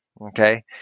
Okay